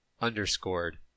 underscored